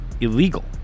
illegal